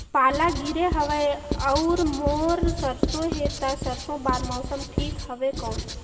पाला गिरे हवय अउर मोर सरसो हे ता सरसो बार मौसम ठीक हवे कौन?